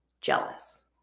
jealous